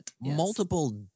multiple